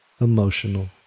emotional